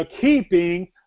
keeping